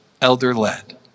elder-led